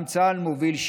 גם צה"ל מוביל,